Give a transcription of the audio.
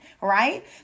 right